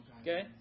Okay